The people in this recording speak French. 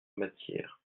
matière